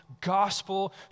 gospel